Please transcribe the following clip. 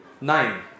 Nine